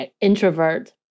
introvert